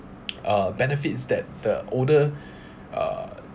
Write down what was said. uh benefits that the older uh